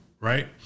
right